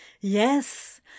Yes